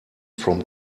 from